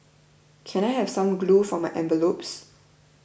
can I have some glue for my envelopes